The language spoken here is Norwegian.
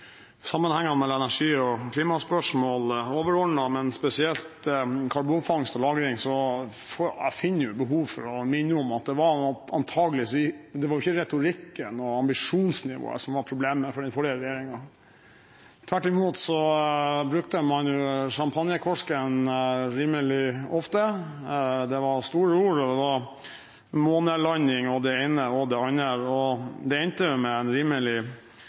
mellom energi- og klimaspørsmål overordnet, men spesielt karbonfangst og -lagring – får jeg behov for å minne om at det antakelig ikke var retorikken og ambisjonsnivået som var problemet for den forrige regjeringen. Tvert imot spratt man champagnekorken rimelig ofte, det var store ord, og det var månelanding og det ene og det andre. Det endte med en rimelig